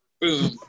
boom